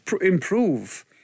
improve